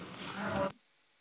arvoisa herra